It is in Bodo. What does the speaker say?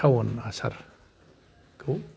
साउन आसारखौ